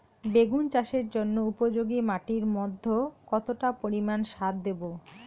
বেগুন চাষের জন্য উপযোগী মাটির মধ্যে কতটা পরিমান সার দেব?